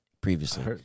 previously